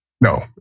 No